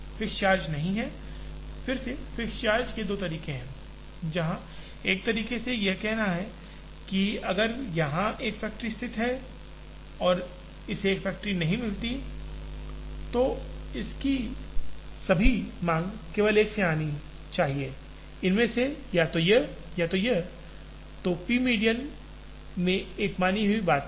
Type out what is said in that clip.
fixed charge नहीं है फिर से फिक्स्ड चार्ज के दो तरीके हैं जहां एक तरीके से यह कहना है कि अगर यहां एक फैक्ट्री स्थित है और इसे एक फैक्ट्री नहीं मिलती है तो इस की सभी मांग केवल एक से आनी चाहिए इनमें से या तो यह या यह जो p मीडियन में एक मानी हुई बात है